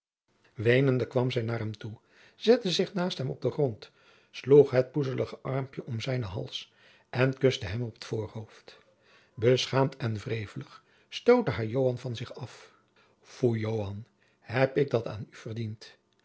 weenende kwam zij naar hem toe zette zich naast hem op den grond sloeg het poezelige armpje om zijnen hals en kuste hem op het voorhoofd beschaamd en wrevelig stootte haar joan van zich af foei joan heb ik dat aan u verdiend